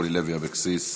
אורלי לוי אבקסיס,